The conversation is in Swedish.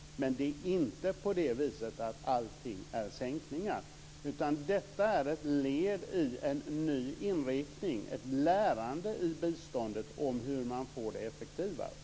Men det är inte på det viset att allting är sänkningar, utan detta är ett led i en ny inriktning, ett lärande i biståndet när det gäller hur man får det effektivare.